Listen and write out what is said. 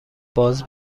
باز